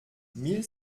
mille